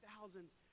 thousands